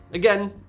again,